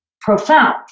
profound